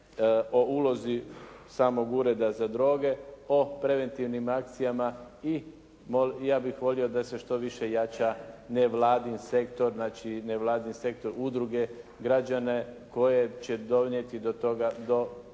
o ulozi samog Ureda za droge, o preventivnim akcijama i ja bih volio da se što više jača nevladin sektor, znači udruge građana koje će donijeti do toga, do